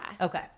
Okay